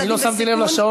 אני לא שמתי לב לשעון,